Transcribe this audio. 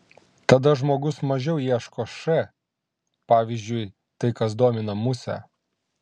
tada žmogus mažiau ieško š pavyzdžiui tai kas domina musę